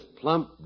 plump